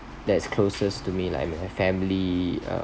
that's closest to me like my family uh